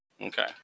Okay